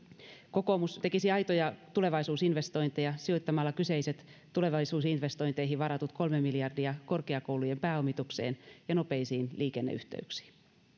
kokoomus tekisi aitoja tulevaisuusinvestointeja sijoittamalla kyseiset tulevaisuusinvestointeihin varatut kolme miljardia korkeakoulujen pääomitukseen ja nopeisiin liikenneyhteyksiin